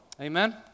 Amen